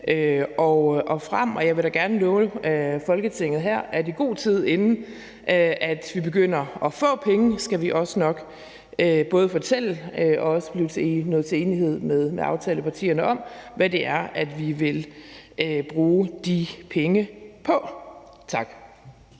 og frem. Jeg vil da gerne love Folketinget her, at vi i god tid, inden vi begynder at få pengene, også nok både skal fortælle aftalepartierne og nå til enighed med aftalepartierne om, hvad det er, vi vil bruge de penge på. Tak.